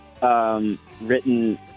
Written